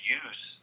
use